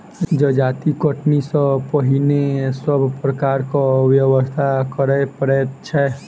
जजाति कटनी सॅ पहिने सभ प्रकारक व्यवस्था करय पड़ैत छै